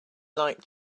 like